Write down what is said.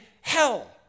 Hell